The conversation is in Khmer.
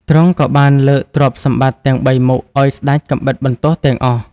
ទ្រង់ក៏បានលើកទ្រព្យសម្បត្តិទាំងបីមុខឱ្យស្ដេចកាំបិតបន្ទោះទាំងអស់។